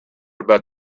about